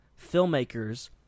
filmmakers